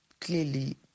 clearly